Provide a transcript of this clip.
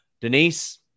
Denise